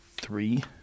three